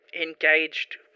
Engaged